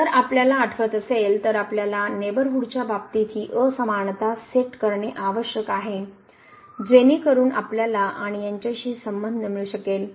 जर आपल्याला आठवत असेल तर आपल्याला नेबरहूड च्या बाबतीत ही असमानता सेट करणे आवश्यक आहे जेणेकरून आपल्याला आणि यांच्याशी संबंध मिळू शकेल